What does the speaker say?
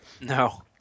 No